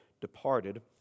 departed